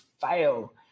fail